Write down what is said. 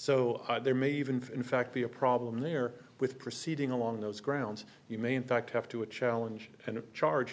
so there may even in fact be a problem there with proceeding along those grounds you may in fact have to a challenge and a charge